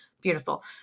beautiful